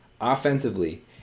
offensively